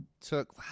took